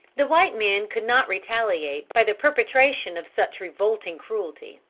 the white men could not retaliate by the perpetration of such revolting cruelty.